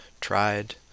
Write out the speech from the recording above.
tried